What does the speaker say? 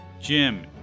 Jim